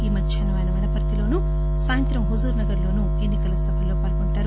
ఈ మధ్యాహ్నం ఆయన వనపర్తిలోనూ సాయంత్రం హుజుర్ నగర్ లోనూ ఎన్ని కల సభల్లో పాల్గొంటారు